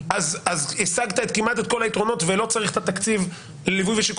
אז השגת כמעט את כל היתרונות ולא צריך את התקציב לליווי ושיקום